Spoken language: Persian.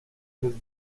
توضیح